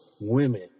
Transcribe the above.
women